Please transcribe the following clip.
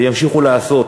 והם ימשיכו לעשות.